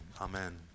amen